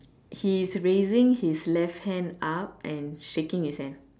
he's raising his left hand up and shaking his hand